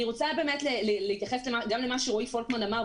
אני רוצה להתייחס למה שאמר רועי פולקמן.